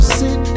sit